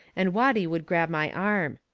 and watty would grab my arm.